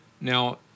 Now